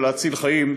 ולהציל חיים,